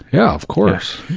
yeah, of course,